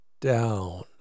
down